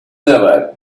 never